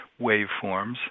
waveforms